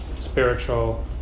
spiritual